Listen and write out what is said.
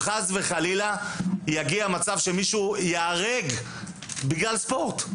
כדי שכל מי שקשור לעולם הספורטיבי,